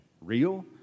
real